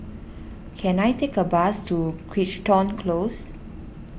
can I take a bus to Crichton Close